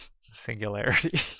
singularity